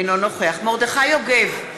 אינו נוכח מרדכי יוגב,